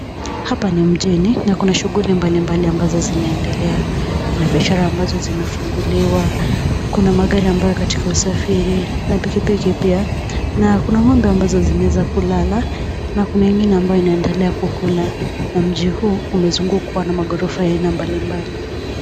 Hapa ni mjini na kuna shughuli mbalimbali ambazo zinaendelea. Kuna biashara ambazo zimefunguliwa, kuna magari ambayo yako katika usafiri na pikipiki pia na kuna ng'ombe ambazo zimeweza kulala na kuna ingine ambayo ianendelea kukula na mji huu umezungukwa na maghorofa ya aina mbalimbali.